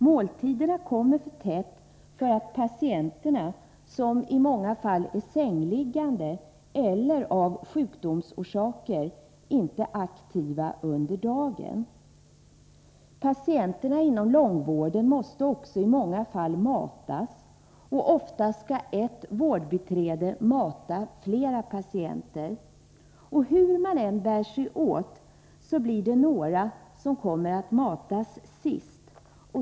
Måltiderna kommer för tätt med hänsyn till att patienterna, på grund av att de i många fall är sängliggande eller av sjukdomsorsaker, inte är aktiva under dagen. Patienterna inom långvården måste också i många fall matas. Ofta skall ert vårdbiträde mata flera patienter. Hur man än bär sig åt blir det några som kommer att matas sist.